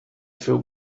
feel